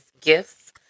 gifts